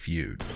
Feud